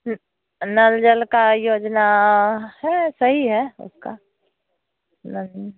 नल जल का योजना है सही है उसका लग